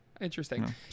Interesting